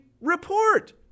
Report